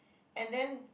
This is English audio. and then